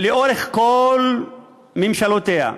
לאורך כל ממשלותיה,